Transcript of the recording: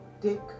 Dick